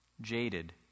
Jaded